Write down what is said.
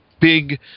big